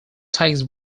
takes